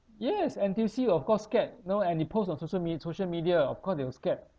yes N_T_U_C of course scared you know and you post on social me~ social media of course they will scared